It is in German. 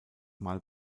mal